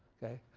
okay?